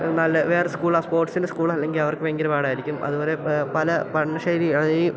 നല്ല വേറെ സ്കൂളാണ് സ്പോർട്സിൻ്റെ സ്കൂളല്ലെങ്കിൽ അവർക്ക് ഭയങ്കര പാടായിരിക്കും അതുപോലെ പല പഠനശൈലി ഈ